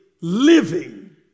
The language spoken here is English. living